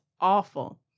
awful